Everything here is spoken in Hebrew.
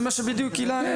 זה מה שבדיוק הילה.